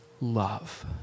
love